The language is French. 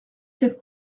quatre